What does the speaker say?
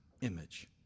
image